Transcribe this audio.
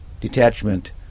detachment